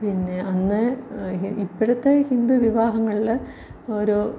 പിന്നെ അന്ന് ഇപ്പോഴത്തെ ഹിന്ദു വിവാഹങ്ങളിൽ ഓരോ